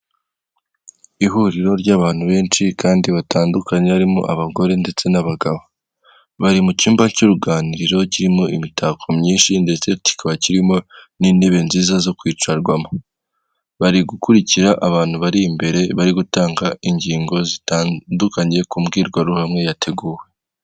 Ihuriro ry'abantu benshi kandi batandukanye harimo abagore ndetse n'abagabo bari mu cyumba cy'uruganiriro kirimo imitako myinshi ndetse cyikaba kirimo n'intebe nziza zo kwicarwamo, bari gukurikira abantu bari imbere bari gutanga ingingo zitandukanye ku mbwirwaruhame yateguwe.